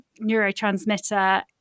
neurotransmitter